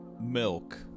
milk